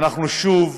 אנחנו שוב